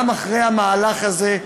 גם אחרי המהלך הזה,